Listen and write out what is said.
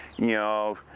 you know,